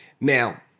Now